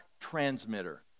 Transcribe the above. transmitter